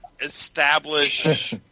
establish